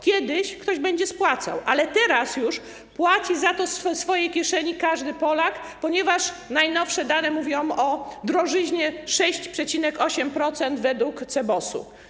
Kiedyś ktoś będzie spłacał, ale teraz już płaci za to ze swojej kieszeni każdy Polak, ponieważ najnowsze dane mówią o drożyźnie: 6,8% według CBOS.